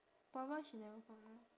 but why she never